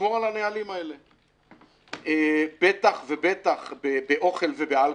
לשמור על הנהלים האלה, בטח באוכל ובאלכוהול.